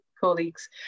colleagues